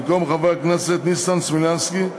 במקום חבר הכנסת ניסן סלומינסקי,